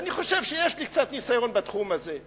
ואני חושב שיש לי קצת ניסיון בתחום הזה.